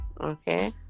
Okay